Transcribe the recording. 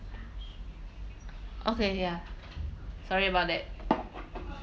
okay ya sorry about that